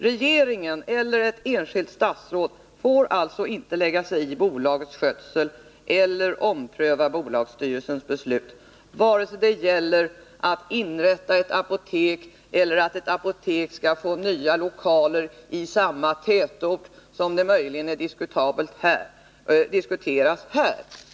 Regeringen eller ett enskilt statsråd får alltså inte lägga sig i bolagets skötsel eller ompröva bolagsstyrelsens beslut, vare sig det gäller att inrätta ett apotek eller, som diskuteras här, att ett apotek möjligen skall få nya lokaler inom samma tätort.